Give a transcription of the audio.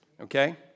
Okay